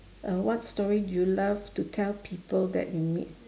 uh what story do you love to tell people that you meet